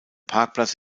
parkplatz